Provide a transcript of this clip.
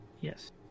Yes